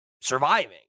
surviving